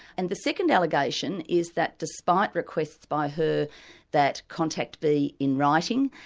and the second allegation is that despite requests by her that contact be in writing,